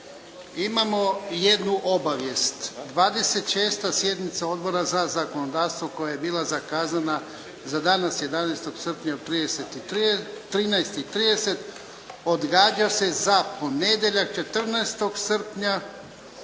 Imamo jednu obavijest. 26. sjednica Odbora za zakonodavstvo koja je bila zakazana za danas 11. srpnja u 13,30 odgađa se za ponedjeljak 14. srpnja